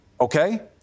okay